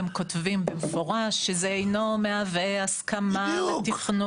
הם כותבים במפורש שזה אינו מהווה הסכמה לתכנון.